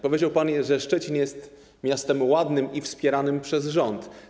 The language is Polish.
Powiedział pan, że Szczecin jest miastem ładnym i wspieranym przez rząd.